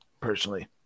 personally